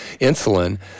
insulin